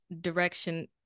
direction